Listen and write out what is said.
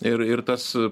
ir ir tas